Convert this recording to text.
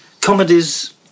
comedies